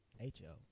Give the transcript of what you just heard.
H-O